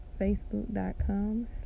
Facebook.com